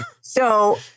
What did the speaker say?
so-